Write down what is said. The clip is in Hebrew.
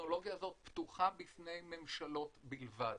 הטכנולוגיה הזאת פתוחה בפני ממשלות בלבד.